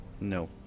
No